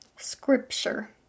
Scripture